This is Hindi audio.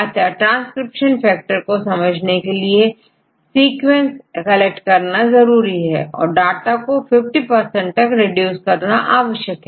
अतः ट्रांसक्रिप्शन फैक्टर को समझने के लिए सीक्विंस कलेक्ट करना जरूरी है और डाटा को 50 तक रिड्यूस करना आवश्यक है